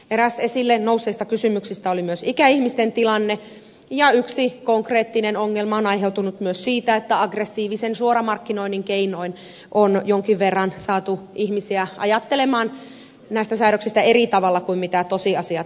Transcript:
eräs esille nousseista kysymyksistä oli myös ikäihmisten tilanne ja yksi konkreettinen ongelma on aiheutunut myös siitä että aggressiivisen suoramarkkinoinnin keinoin on jonkin verran saatu ihmisiä ajattelemaan näistä säädöksistä eri tavalla kuin tosiasiat varsinaisesti ovat